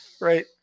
Right